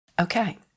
Okay